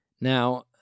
Now